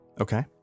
Okay